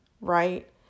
right